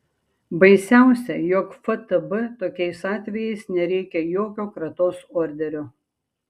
baisiausia jog ftb tokiais atvejais nereikia jokio kratos orderio